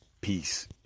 Peace